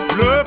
le